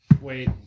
Wait